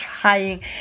trying